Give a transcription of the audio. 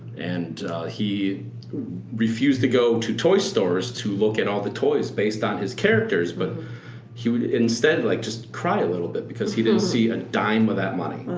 and he refused to go to toy stores to look at all the toys based on his characters. but he would instead like just cry a little bit because he didn't see a dime of that money.